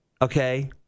Okay